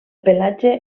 pelatge